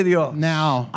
Now